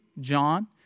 John